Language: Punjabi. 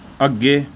ਅੱਗੇ